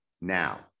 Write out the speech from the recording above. now